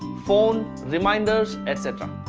phone, reminders etc